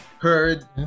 heard